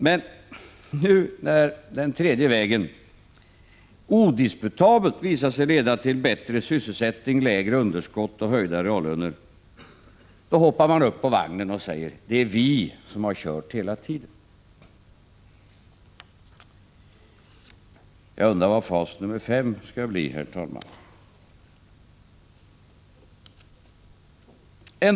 Men nu när den tredje vägen odisputabelt visar sig leda till bättre sysselsättning, lägre underskott och höjda reallöner, då hoppar man upp på vagnen och säger: Det är vi som har kört hela tiden. Jag undrar vad fas nummer fem skall bli, herr talman.